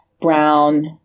brown